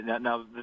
Now